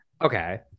okay